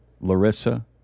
Larissa